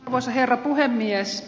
arvoisa herra puhemies